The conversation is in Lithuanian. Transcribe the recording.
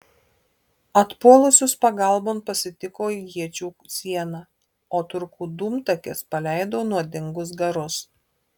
atpuolusius pagalbon pasitiko iečių siena o turkų dūmtakis paleido nuodingus garus